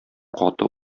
каты